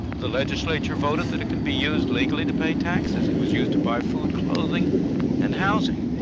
the legislature voted that it could be used legally to pay taxes. it was used to buy food, clothing and housing.